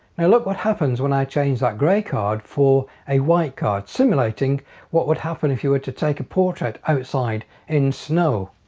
now look what happens when i change that gray card for a white card simulating what would happen if you were to take a portrait outside in snow.